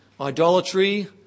idolatry